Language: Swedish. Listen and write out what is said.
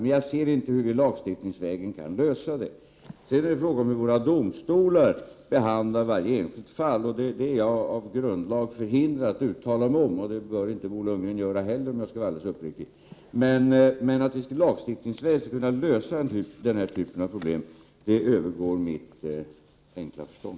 Men jag ser inte hur vi lagstiftningsvägen kan lösa detta. Det är också en fråga om hur våra domstolar behandlar varje enskilt fall, och det är jag av grundlag förhindrad att uttala mig om. Det bör inte heller Bo Lundgren göra, om jag skall vara alldeles uppriktig. Hur vi lagstiftningsvägen skall kunna lösa denna typ av problem övergår mitt enkla förstånd.